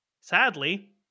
Sadly